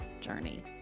journey